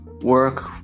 work